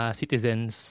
citizens